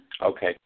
Okay